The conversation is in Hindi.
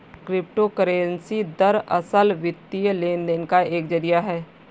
क्रिप्टो करेंसी दरअसल, वित्तीय लेन देन का एक जरिया है